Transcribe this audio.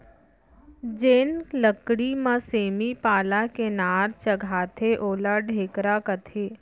जेन लकरी म सेमी पाला के नार चघाथें ओला ढेखरा कथें